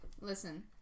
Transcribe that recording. Listen